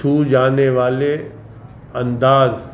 چھو جانے والے انداز